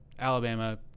Alabama